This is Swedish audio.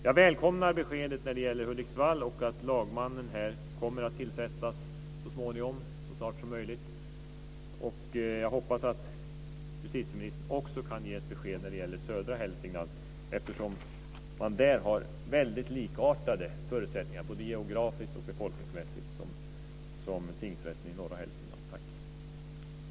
Jag välkomnar beskedet om Hudiksvall och att lagmannen kommer att tillsättas så snart som möjligt. Jag hoppas att justitieministern också kan ge ett besked om södra Hälsingland, eftersom man där har likartade förutsättningar både geografiskt och befolkningsmässigt jämfört med norra Hälsingland och tingsrätten där.